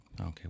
Okay